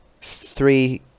Three